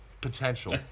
potential